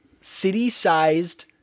city-sized